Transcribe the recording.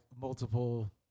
multiple